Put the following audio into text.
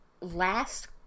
last